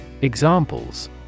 Examples